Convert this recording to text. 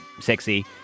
sexy